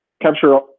capture